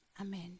Amen